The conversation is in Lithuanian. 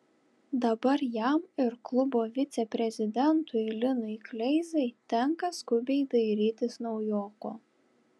dabar jam ir klubo viceprezidentui linui kleizai tenka skubiai dairytis naujoko